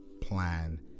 plan